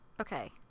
Okay